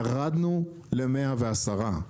ירדנו ל-110.